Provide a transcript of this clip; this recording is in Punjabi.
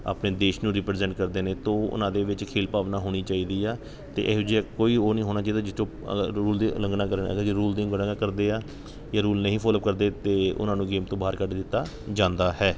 ਆਪਣੇ ਦੇਸ਼ ਨੂੰ ਰਿਪ੍ਰੇਜੈਂਟ ਕਰਦੇ ਨੇ ਤੋ ਉਹਨਾਂ ਦੇ ਵਿੱਚ ਖੇਡ ਭਾਵਨਾ ਹੋਣੀ ਚਾਈਦੀ ਹੈ ਅਤੇ ਇਹੋ ਜਿਹਾ ਕੋਈ ਉਹ ਨਹੀਂ ਹੋਣਾ ਚਾਈਦਾ ਜਿਹਦੇ ਚੋਂ ਰੂਲ ਦੀ ਉਲੰਘਣਾ ਕਰਨ ਅਗਰ ਜੇ ਰੂਲ ਦੀ ਉਲੰਘਣਾ ਕਰਦੇ ਹੈ ਜੇ ਰੂਲ ਨਹੀਂ ਫੋਲੋ ਕਰਦੇ ਤਾਂ ਉਹਨਾਂ ਨੂੰ ਗੇਮ ਤੋਂ ਬਾਹਰ ਕੱਢ ਦਿੱਤਾ ਜਾਂਦਾ ਹੈ